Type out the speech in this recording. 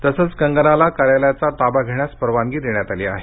तसंच कंगनाला कार्यालयाचा ताबा घेण्यास परवानगी देण्यात आली आहे